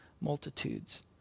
multitudes